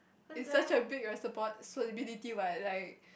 it's such a big a support so utility but like